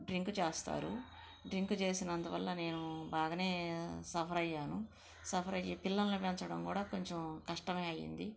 drink చేస్తారు drink చేసినందువల్ల నేను బాగానే సఫర్ అయ్యాను సఫర్ అయ్యి పిల్లల్ని పెంచడం కూడ కొంచెం కష్టమే అయ్యింది